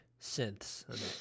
synths